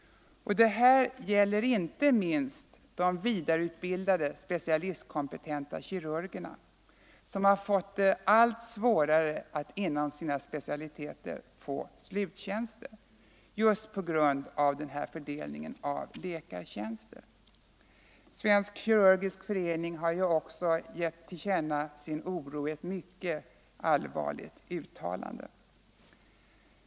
Detta gäller inte minst de vidareutbildade specialistkompetenta kirurgerna, som på grund av den gjorda fördelningen av läkartjänster har fått det allt svårare att inom sina specialiteter erhålla sluttjänster. Svensk kirurgisk förening har också givit till känna sin oro i ett mycket allvarligt uttalande.